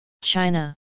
China